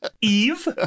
Eve